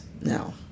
now